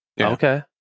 Okay